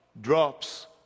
Drops